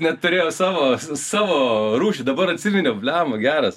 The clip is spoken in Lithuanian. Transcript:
net turėjo savo savo rūšį dabar atsiminiau blemba geras